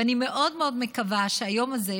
ואני מאוד מאוד מקווה שהיום הזה,